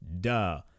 duh